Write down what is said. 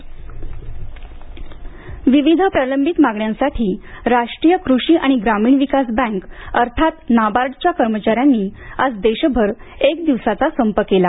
नाबार्ड संप विविध प्रलंबित मागण्यांसाठी राष्ट्रीय कृषी आणि ग्रामीण विकास बँक अर्थात नाबार्डच्या कर्मचाऱ्यांनी आज देशभर एक दिवसाचा संप केला